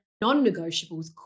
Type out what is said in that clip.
non-negotiables